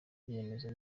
ibyemezo